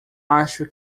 acho